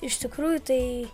iš tikrųjų tai